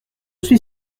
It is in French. suis